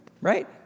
right